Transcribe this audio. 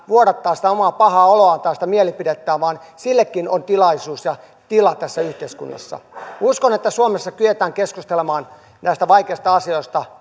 vuodattaa sitä omaa pahaa oloaan tai sitä mielipidettään vaan sillekin on tilaisuus ja tila tässä yhteiskunnassa uskon että suomessa kyetään keskustelemaan näistä vaikeista asioista